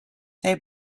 they